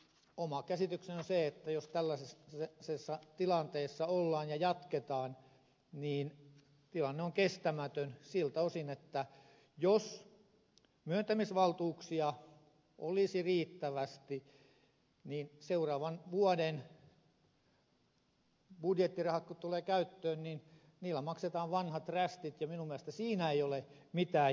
oma käsitykseni on se että jos tällaisessa tilanteessa ollaan ja jatketaan niin tilanne on kestämätön siltä osin että jos myöntämisvaltuuksia olisi riittävästi niin kun seuraavan vuoden budjettirahat tulevat käyttöön niillä maksetaan vanhat rästit ja minun mielestäni siinä ei ole mitään järkeä